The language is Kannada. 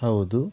ಹೌದು